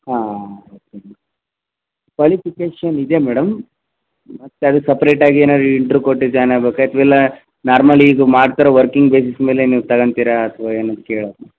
ಹಾಂ ಹಾಂ ಹಾಂ ಸರಿ ಕ್ವಾಲಿಫಿಕೇಶನ್ ಇದೆ ಮೇಡಮ್ ಮತ್ತೆ ಅದು ಸಪ್ರೇಟ್ ಆಗಿ ಏನಾದರು ಇಂಟ್ರಿವ್ ಕೊಟ್ಟು ಜಾಯ್ನ್ ಆಗ್ಬೇಕಾ ಅಥ್ವಾ ಇಲ್ಲಾ ನಾರ್ಮಲಿ ಇದು ಮಾಡ್ತಾ ಇರೋ ವರ್ಕಿಂಗ್ ಬೇಸಿಸ್ ಮೇಲೆ ನೀವು ತಗೊಳ್ತೀರಾ ಅಥ್ವಾ ಏನು ಅಂತ ಕೇಳನ